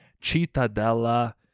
Cittadella